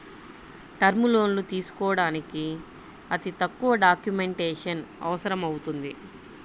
term లోన్లు తీసుకోడానికి అతి తక్కువ డాక్యుమెంటేషన్ అవసరమవుతుంది